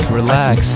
relax